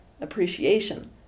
appreciation